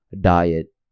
diet